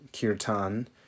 kirtan